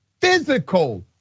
physical